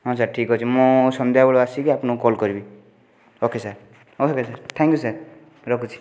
ହଁ ସାର୍ ଠିକ୍ଅଛି ମୁଁ ସନ୍ଧ୍ୟାବେଳକୁ ଆସିକି ଆପଣଙ୍କୁ କଲ୍ କରିବି okay sir okay bye sir thank you sir ରଖୁଛି